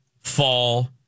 fall